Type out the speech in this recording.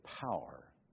power